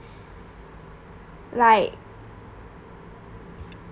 like